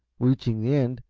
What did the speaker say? reaching the end,